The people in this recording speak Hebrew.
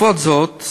בעקבות זאת,